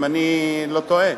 אם אני לא טועה,